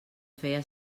feia